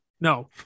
No